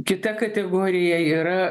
kita kategorija yra